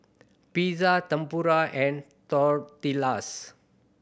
Pizza Tempura and Tortillas